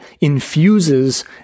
infuses